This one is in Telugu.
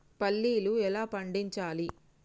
పల్లీలు ఎలా పండించాలి?